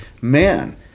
man